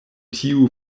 tiu